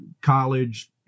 college